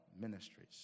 ministries